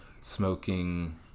smoking